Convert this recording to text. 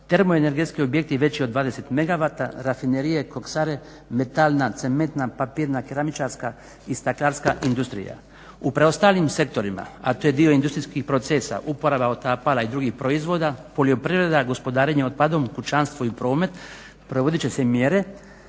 termoenergetski objekti veći od 20 mega vata, rafinerije, koksare, metalna, cementna, papirna, keramičarska i staklarska industrija. U preostalim sektorima, a to je dio industrijskih procesa, uporaba otapala i drugih proizvoda poljoprivreda, gospodarenje otpadom, kućanstvo i promet provodit će se mjere